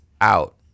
out